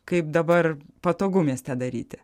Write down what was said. kaip dabar patogu mieste daryti